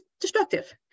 destructive